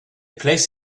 placed